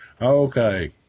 Okay